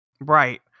right